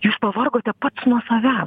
jūs pavargote pats nuo savęs